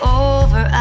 over